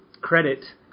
credit